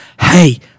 hey